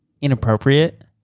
inappropriate